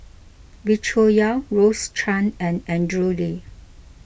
Wee Cho Yaw Rose Chan and Andrew Lee